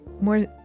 More